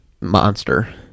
Monster